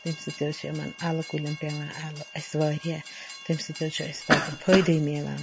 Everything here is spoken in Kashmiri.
تَمہِ سۭتۍ حٕظ چھِ یِمن اَلہٕ کُلٮ۪ن پٮ۪وان الہٕ اسہِ واریاہ تمہِ سۭتۍ حٕظ چھُ اسہِ پتہٕ فٲیِدٕے ملان